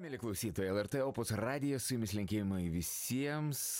mieli klausytojai lrt opus radijas su jumis linkėjimai visiems